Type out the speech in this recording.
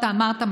אמרת,